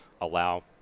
allow